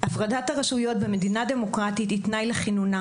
הפרדת הרשויות במדינה דמוקרטית היא תנאי לכינונה.